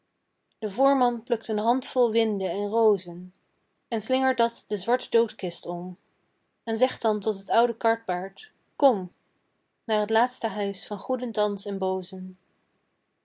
de voerman plukt een handvol winde en rozen en slingert dat de zwarte doodkist om en zegt dan tot het oude karpaard kom naar t laatste huis van goeden thans en